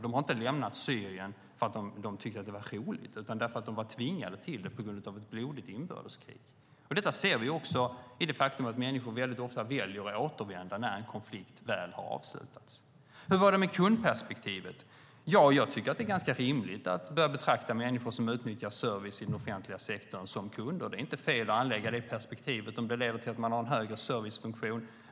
De har inte lämnat Syrien för att de tyckte att det var roligt, utan därför att de var tvingade till det på grund av ett blodigt inbördeskrig. Detta ser vi också i det faktum att människor ofta väljer att återvända när en konflikt väl har avslutats. Hur var det med kundperspektivet? Ja, jag tycker att det är ganska rimligt att börja betrakta människor som utnyttjar service i den offentliga sektorn som kunder. Det är inte fel att anlägga det perspektivet om det leder till att man har en högre servicefunktion.